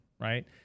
right